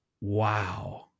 wow